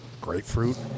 Grapefruit